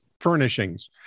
furnishings